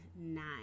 nine